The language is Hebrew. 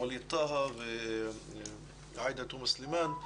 ווליד טאהא ועאידה תומא סלימאן.